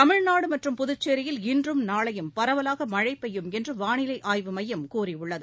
தமிழ்நாடு மற்றும் புதுச்சேரியில் இன்றும் நாளையும் பரவலாக மழை பெய்யும் என்று வானிலை ஆய்வு மையம் கூறியுள்ளது